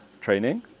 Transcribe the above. training